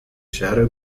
shadow